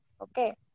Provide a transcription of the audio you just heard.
Okay